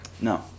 No